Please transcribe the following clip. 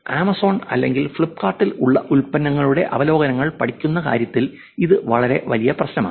Amazon അല്ലെങ്കിൽ ഫ്ലിപ്കാർട്ടിൽ ഉള്ള ഉൽപ്പന്നങ്ങളുടെ അവലോകനങ്ങൾ പഠിക്കുന്ന കാര്യത്തിൽ ഇത് വളരെ വലിയ പ്രശ്നമാണ്